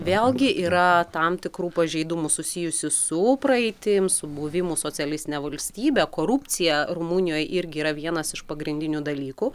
vėlgi yra tam tikrų pažeidumų susijusių su praeitim su buvimu socialistine valstybe korupcija rumunijoj irgi yra vienas iš pagrindinių dalykų